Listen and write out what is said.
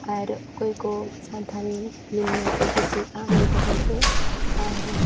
ᱟᱨ ᱚᱠᱚᱭ ᱠᱚ ᱥᱟᱱᱛᱷᱟᱞᱤ ᱯᱷᱤᱞᱤᱢ ᱧᱮᱞᱯᱮ ᱠᱩᱥᱤᱭᱟᱜᱼᱟ ᱞᱟᱹᱭ ᱛᱟᱵᱚᱱ ᱯᱮ ᱟᱨ